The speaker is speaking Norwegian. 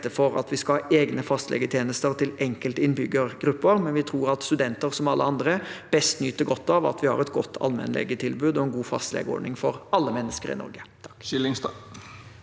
for at vi skal ha egne fastlegetjenester til enkelte innbyggergrupper, men vi tror at studenter, som alle andre, best nyter godt av at vi har et godt allmennlegetilbud og en god fastlegeordning for alle mennesker i Norge. Guro